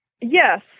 Yes